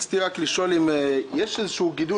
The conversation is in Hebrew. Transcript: יש איזה שהוא גידול,